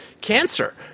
cancer